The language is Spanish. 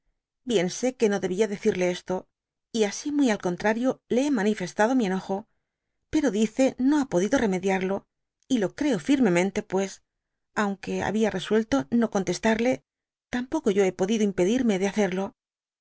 sé que no debia decirle esto y así muy al contrario le hé manifestado mí enojo pero dice no ha podido remediaro y lo creo érmemente pues aunque había resuelto no contestarle tampoco yo hé podido impedirme de hacerlo